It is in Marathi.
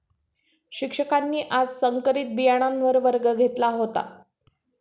शिक्षकांनी आज संकरित बियाणांवर वर्ग घेतला होता